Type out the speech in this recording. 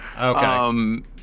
Okay